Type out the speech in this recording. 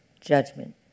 judgment